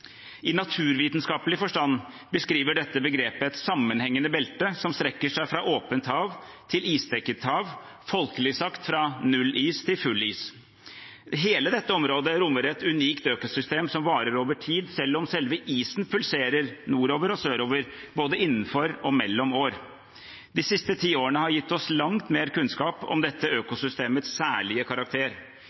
I naturvitenskapelig forstand beskriver dette begrepet et sammenhengende belte som strekker seg fra åpent hav til isdekket hav – folkelig sagt: fra null is til full is. Hele dette området rommer et unikt økosystem som varer over tid selv om selve isen pulserer nordover og sørover, både innenfor og mellom år. De siste ti årene har gitt oss langt mer kunnskap om dette økosystemets særlige karakter.